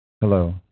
Hello